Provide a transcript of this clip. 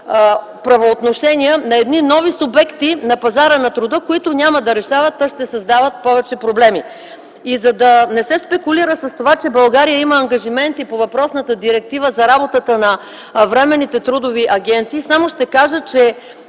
правоотношения на едни нови субекти на пазара на труда, които няма да решават, а ще създават повече проблеми. За да не се спекулира с това, че България има ангажименти по въпросната директива за работата на трудовите агенции за временна